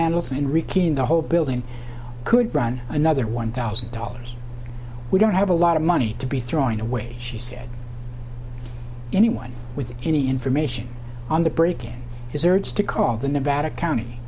handles and wrekin the whole building could run another one thousand dollars we don't have a lot of money to be throwing to wage she said anyone with any information on the breaking his words to call the nevada county